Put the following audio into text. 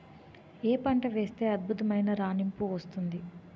ఏ పంట వేస్తే అద్భుతమైన రాణింపు వస్తుంది?